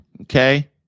Okay